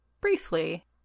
briefly